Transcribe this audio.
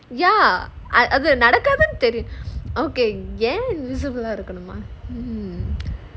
ya அது நடக்காதுனு தெரியும்:adhu nadakaathunu theriyum okay ஏன்:yaen invisible ah இருக்கணுமா:irukanumaa hmm